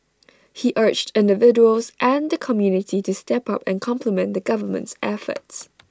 he urged individuals and the community to step up and complement the government's efforts